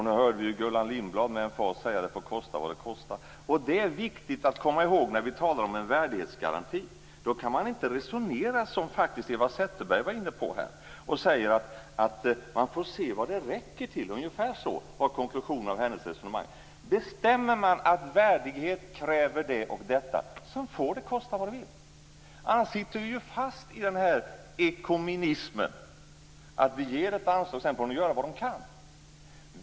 Nu hörde vi Gullan Lindblad med emfas säga att det får kosta vad det vill. Det är viktigt att komma ihåg när vi talar om en värdighetsgaranti. Då kan man inte resonera som faktiskt Eva Zetterberg gjorde här, och säga: Man får se vad det räcker till. Ungefär så var konklusionen i hennes resonemang. Bestämmer man att värdighet kräver detta och detta, så får det sedan kosta vad det vill. Annars sitter vi ju fast i den här ekonomismen. Vi ger ett anslag och sedan får de göra vad de kan.